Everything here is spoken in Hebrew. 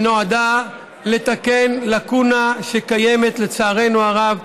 שנועדה לתקן לקונה שקיימת, לצערנו הרב,